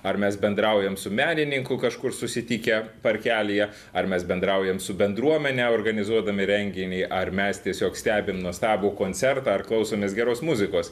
ar mes bendraujam su menininku kažkur susitikę parkelyje ar mes bendraujam su bendruomene organizuodami renginį ar mes tiesiog stebim nuostabų koncertą ar klausomės geros muzikos